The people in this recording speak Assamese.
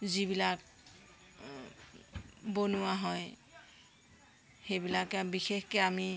যিবিলাক বনোৱা হয় সেইবিলাকে বিশেষকৈ আমি